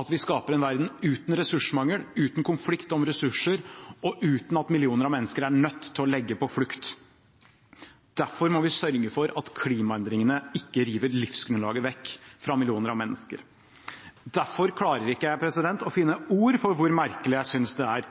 at vi skaper en verden uten ressursmangel, uten konflikt om ressurser og uten at millioner av mennesker er nødt til å legge på flukt. Derfor må vi sørge for at klimaendringene ikke river livsgrunnlaget vekk fra millioner av mennesker. Derfor klarer jeg ikke å finne ord for hvor merkelig jeg synes det er